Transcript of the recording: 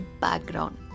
background